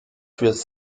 fürs